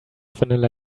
vanilla